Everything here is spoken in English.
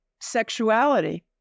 sexuality